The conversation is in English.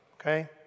okay